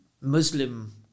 muslim